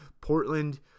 Portland